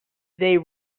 they